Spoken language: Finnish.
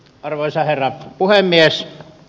arvoisa herra puhemies